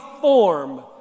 form